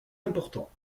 important